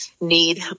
need